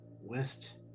west